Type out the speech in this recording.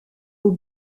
aux